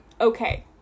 okay